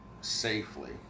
safely